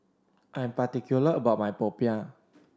I am particular about my Popiah